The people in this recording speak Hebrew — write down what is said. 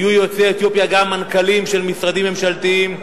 יהיו יוצאי אתיופיה גם מנכ"לים של משרדים ממשלתיים,